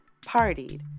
partied